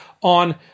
on